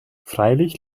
freilich